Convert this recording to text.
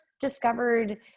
discovered